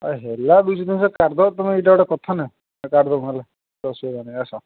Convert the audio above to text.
ହେଲା ଦୁଇ ଶହ ତିନିଶହ କାଟିଦେବ ତମେ ଏଇଟା ଗୋଟେ କଥା ନା କାଟିଦେବ ହେଲା କିଛି ଅସୁବିଧା ନାହିଁ ଆସ